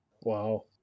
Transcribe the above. Wow